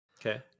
okay